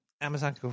Amazon